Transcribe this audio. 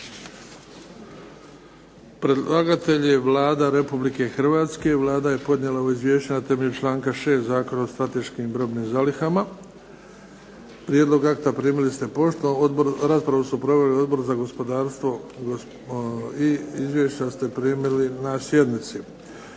Predlagatelj je Vlada Republike Hrvatske. Vlada je podnijela ovo Izvješće na temelju članka 6. Zakona o strateškim robnim zalihama. Prijedlog akta primili ste poštom. Raspravu su proveli Odbor za zakonodavstvo. I izvješća ste primili na sjednici.